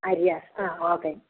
അരിയാ ആ ഓക്കെ